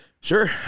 Sure